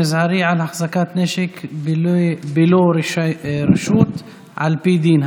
הוראת שעה) (עונש מזערי על החזקת נשק בלא רשות על פי דין),